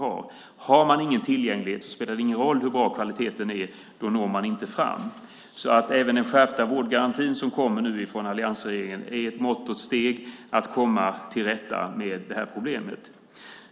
Finns det ingen tillgänglighet spelar det ingen roll hur bra kvaliteten än är. Man når inte fram. Även den skärpta vårdgaranti som alliansregeringen nu kommer med är att vidta mått och steg för att komma till rätta med problemet.